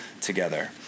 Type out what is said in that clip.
together